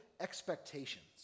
expectations